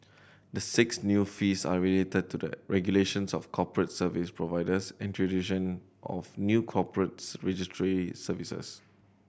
the six new fees are related to the regulations of corporate service providers and tradition of new corporates registry services